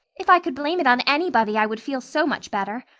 if i could blame it on anybody i would feel so much better.